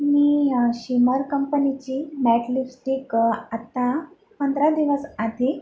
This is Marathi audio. मी या शिमर कंपनीची मॅट लिपस्टिक आता पंधरा दिवस आधी